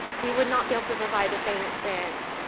we would not be able to provide the same experience.